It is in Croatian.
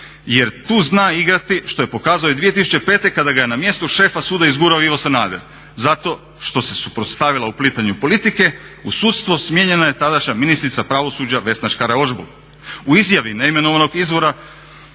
Jer tu zna igrati, što je pokazao i 2005. kada ga je na mjestu šefa suda izgurao Ivo Sanader. Zato što se suprotstavila uplitanju politike u sudstvo smijenjena je tadašnja ministrica pravosuđa Vesna Škare-Ožbolt. U izjavi neimenovanog izvora